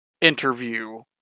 interview